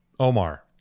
Omar